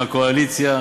מהקואליציה,